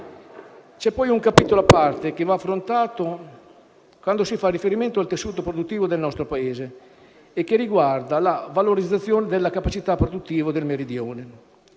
C'è poi un capitolo a parte che va affrontato, in cui si fa riferimento al tessuto produttivo del nostro Paese, che riguarda la valorizzazione della capacità produttiva del Meridione.